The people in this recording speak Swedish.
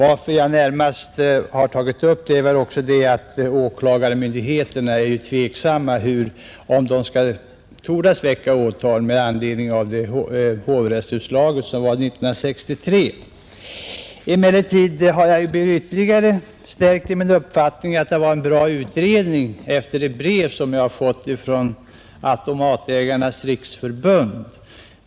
Att jag tagit upp denna sak beror närmast på att åklagarmyndigheterna med anledning av ett hovrättsutslag år 1963 är tveksamma om de törs väcka åtal. Jag har emellertid blivit stärkt i min uppfattning att det var en bra utredning sedan jag läst det brev som jag fått från Sveriges automatägares riksförbund.